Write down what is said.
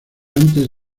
antes